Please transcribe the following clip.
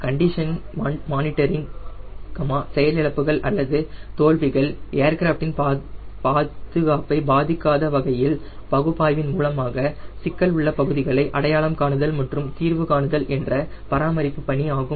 condition மானிட்டரிங்கில் செயல் இழப்புகள் அல்லது தோல்விகள் ஏர்கிராஃப்டின் பாதுகாப்பை பாதிக்காத வகையில் பகுப்பாய்வின் மூலமாக சிக்கல் உள்ள பகுதிகளை அடையாளம் காணுதல் மற்றும் தீர்வு காணுதல் என்ற பராமரிப்பு பணி ஆகும்